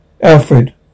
Alfred